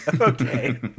Okay